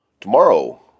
Tomorrow